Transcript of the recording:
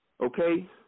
okay